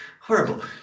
horrible